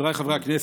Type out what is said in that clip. חבריי חברי הכנסת,